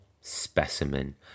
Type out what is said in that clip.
specimen